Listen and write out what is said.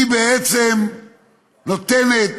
נותנת